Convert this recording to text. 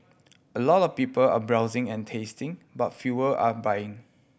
a lot of people are browsing and tasting but fewer are buying